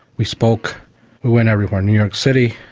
we spoke, we went everywhere in new york city,